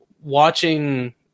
watching